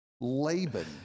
Laban